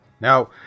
Now